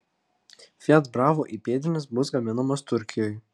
fiat bravo įpėdinis bus gaminamas turkijoje